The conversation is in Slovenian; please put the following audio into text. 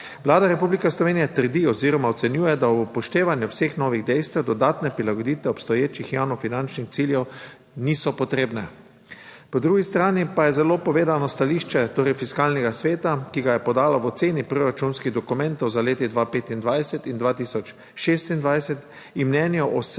Vlada Republike Slovenije trdi oziroma ocenjuje, da ob upoštevanju vseh novih dejstev dodatne prilagoditve obstoječih javnofinančnih ciljev niso potrebne. Po drugi strani pa je zelo povedno stališče Fiskalnega sveta, ki ga je podala v oceni proračunskih dokumentov za leti 2025 in 2026 in mnenj o